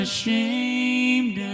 Ashamed